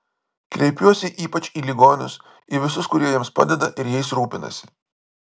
kreipiuosi ypač į ligonius į visus kurie jiems padeda ir jais rūpinasi